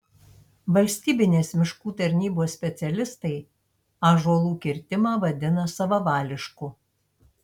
valstybinės miškų tarnybos specialistai ąžuolų kirtimą vadina savavališku